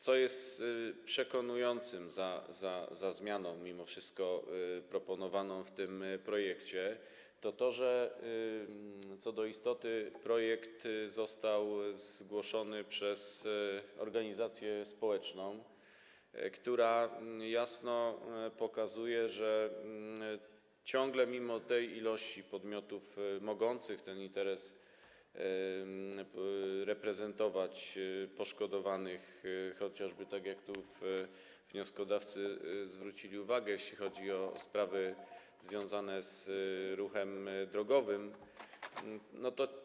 Co jest przekonujące i mimo wszystko przemawia za zmianą proponowaną w tym projekcie, to to, że co do istoty projekt został zgłoszony przez organizację społeczną, która jasno pokazuje, że ciągle mimo tej ilości podmiotów mogących ten interes poszkodowanych reprezentować, chociażby tak jak tu wnioskodawcy zwrócili uwagę, jeśli chodzi o sprawy związane z ruchem drogowym,